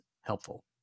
helpful